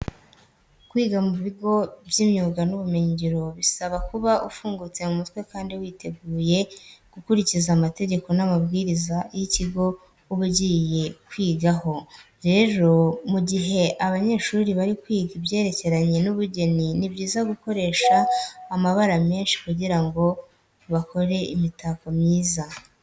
Kwiga mu bigo by'imyuga n'ubumyenyingiro bisaba kuba ufungutse mu mutwe kandi witeguye gukurikiza amategeko n'amabwiriza y'ikigo uba ugiye kwigaho. Rero mu gihe abanyeshuri bari kwiga ibyerekeranye n'ubugeni, ni byiza gukoresha amabara menshi kugira ngo bakore imitako myiza.